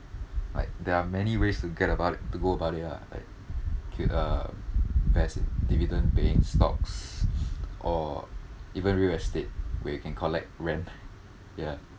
like there are many ways to get about it to go about it lah like k uh there's dividend paying stocks or even real estate where you can collect rent ya